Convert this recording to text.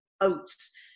oats